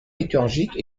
liturgiques